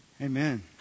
Amen